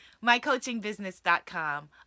mycoachingbusiness.com